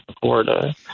Florida